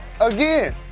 again